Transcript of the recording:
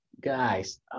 Guys